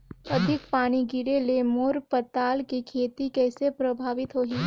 अधिक पानी गिरे ले मोर पताल के खेती कइसे प्रभावित होही?